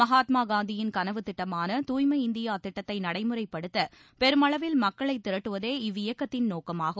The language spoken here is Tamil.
மகாத்மா காந்தியின் கனவு திட்டமான தூய்மை இந்தியா திட்டத்தை நடைமுறைப்படுத்த பெருமளவில் மக்களை திரட்டுவதே இவ்வியக்கத்தின் நோக்கமாகும்